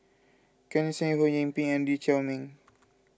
Ken Seet Ho Yee Ping and Lee Chiaw Meng